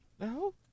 No